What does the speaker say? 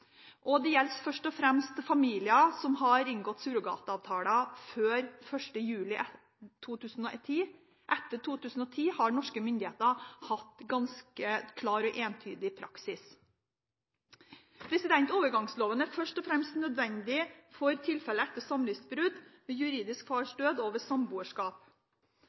Det gjelder først og fremst familier som har inngått surrogatiavtaler før 1. juli 2010. Etter 1. juli 2010 har norske myndigheter hatt ganske klar og entydig praksis. Overgangsloven er først og fremst nødvendig for tilfeller etter samlivsbrudd, ved juridisk fars død og ved samboerskap.